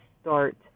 start